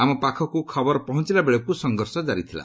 ଆମ ପାଖକୁ ଖବର ପହଞ୍ଚଳାବେଳକୁ ସଂଘର୍ଷ କାରି ଥିଲା